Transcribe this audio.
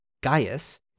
Gaius